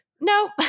Nope